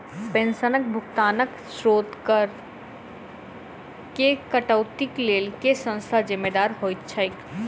पेंशनक भुगतानक स्त्रोत पर करऽ केँ कटौतीक लेल केँ संस्था जिम्मेदार होइत छैक?